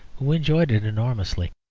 who enjoyed it enormously.